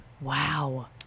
Wow